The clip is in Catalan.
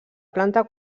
planta